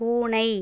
பூனை